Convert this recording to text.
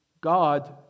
God